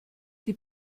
die